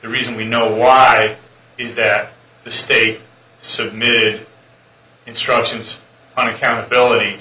the reason we know why is that the state submitted instructions on accountability